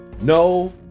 No